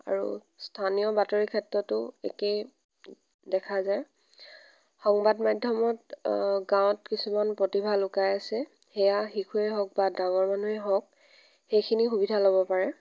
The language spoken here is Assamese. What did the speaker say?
আৰু স্থানীয় বাতৰিৰ ক্ষেত্ৰতো একেই দেখা যায় সংবাদ মাধ্যমত গাঁৱত কিছুমান প্ৰতিভা লুকাই আছে সেইয়া শিশুৱেই হওক বা ডাঙৰ মানুহেই হওক সেইখিনি সুবিধা ল'ব পাৰে